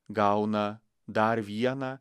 gauna dar vieną